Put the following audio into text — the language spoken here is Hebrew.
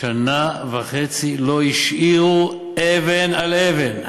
בשנה וחצי לא השאירו אבן על אבן.